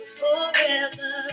forever